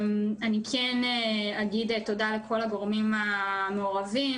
אני כן אומר תודה לכל הגורמים המעורבים.